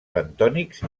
bentònics